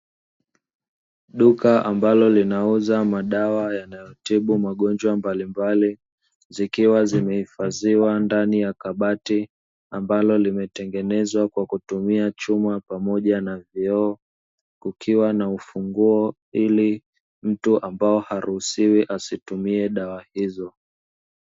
Duka ambalo linauza madawa yanayotibu magonjwa mbalimbali, zikiwa zimehifadhiwa ndani ya kabati. Ambalo limetengenezwa kwa kutumia chuma pamoja na vioo, kukiwa na ufunguo ili mtu ambaye haruhusiwi asitumie dawa hii.